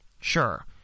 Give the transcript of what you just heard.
sure